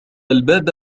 الباب